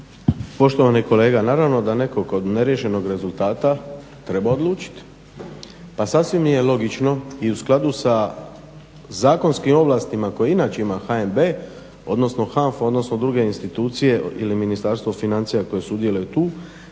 Poštovani kolega naravno da netko kod neriješenog rezultata treba odlučiti. Pa sasvim je logično i u skladu sa zakonskim ovlastima koje inače ima HNB, odnosno HANFA, odnosno druge institucije ili Ministarstvo financija koje sudjeluje tu